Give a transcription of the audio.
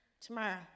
tomorrow